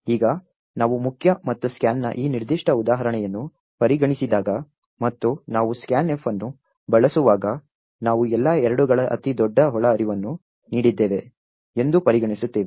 ಈಗ ನಾವು ಮುಖ್ಯ ಮತ್ತು ಸ್ಕ್ಯಾನ್ನ ಈ ನಿರ್ದಿಷ್ಟ ಉದಾಹರಣೆಯನ್ನು ಪರಿಗಣಿಸಿದಾಗ ಮತ್ತು ನಾವು scanf ಅನ್ನು ಬಳಸುವಾಗ ನಾವು ಎಲ್ಲಾ 2 ಗಳ ಅತಿ ದೊಡ್ಡ ಒಳಹರಿವನ್ನು ನೀಡಿದ್ದೇವೆ ಎಂದು ಪರಿಗಣಿಸುತ್ತೇವೆ